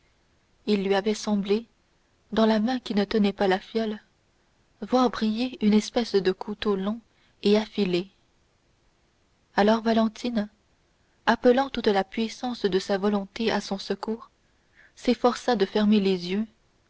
il lui avait semblé dans la main qui ne tenait pas la fiole voir briller une espèce de couteau long et affilé alors valentine appelant toute la puissance de sa volonté à son secours s'efforça de fermer les yeux